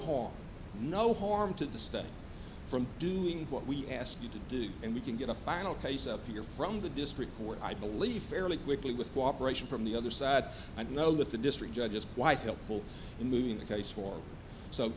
harm no harm to the stuff from doing what we asked you to do and we can get a final case up here from the district where i believe fairly quickly with cooperation from the other side i know that the district judge is quite helpful in moving the case for so